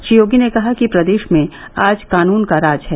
श्री योगी ने कहा कि प्रदेश में आज कानून का राज है